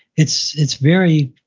it's it's very,